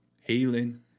healing